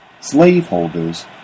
Slaveholders